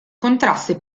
contrasse